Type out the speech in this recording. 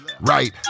Right